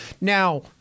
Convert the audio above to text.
Now